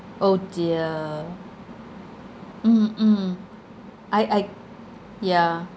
oh dear mm mm I I yeah